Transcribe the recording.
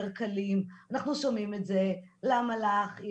קלים ואנחנו שומעים את זה "..למה לך?..",